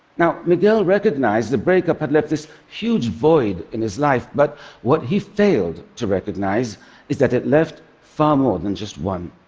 now, miguel recognized the breakup had left this huge void in his life, but what he failed to recognize is that it left far more than just one.